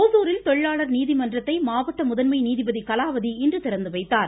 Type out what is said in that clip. ஒசூரில் தொழிலாளர் நீதிமன்றத்தை மாவட்ட முதன்மை நீதிபதி கலாவதி இன்று திறந்துவைத்தார்